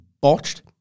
botched